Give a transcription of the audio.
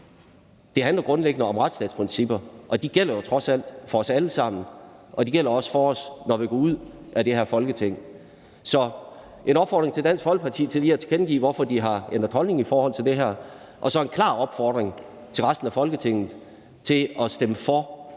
Det handler grundlæggende om retsstatsprincipper, og de gælder jo trods alt for os alle sammen, og de gælder også for os, når vi går ud af det her Folketing. Så det skal være en opfordring til Dansk Folkeparti til lige at tilkendegive, hvorfor de har ændret holdning i forhold til det her, og så en klar opfordring til resten af Folketinget om at stemme for,